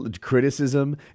criticism